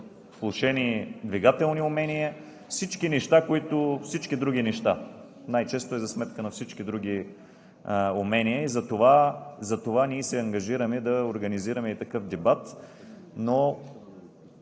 влошени двигателни умения, всички други неща. Най-често е за сметка на всички други умения. Затова ние се ангажираме да организираме и такъв дебат.